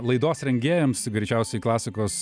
laidos rengėjams greičiausiai klasikos